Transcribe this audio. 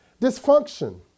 Dysfunction